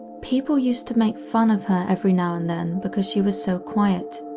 people used to make fun of her every now and then because she was so quiet,